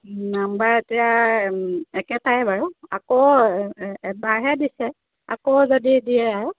number এতিয়া একেটাই বাৰু আকৌ এবাৰহে দিছে আকৌ যদি দিয়ে আৰু